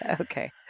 Okay